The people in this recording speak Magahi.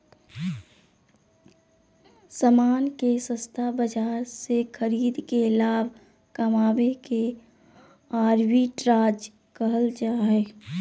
सामान के सस्ता बाजार से खरीद के लाभ कमावे के आर्बिट्राज कहल जा हय